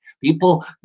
people